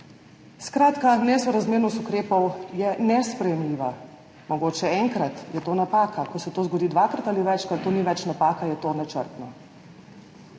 Skratka, nesorazmernost ukrepov je nesprejemljiva. Mogoče je to enkrat napaka, ko se to zgodi dvakrat ali več, to ni več napaka, to je načrtno.